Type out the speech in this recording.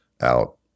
out